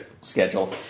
schedule